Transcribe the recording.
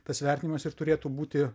tas vertinimas ir turėtų būti